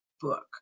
book